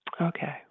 Okay